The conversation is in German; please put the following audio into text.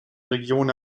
region